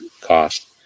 cost